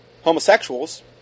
homosexuals